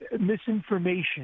misinformation